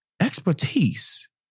expertise